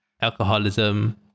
alcoholism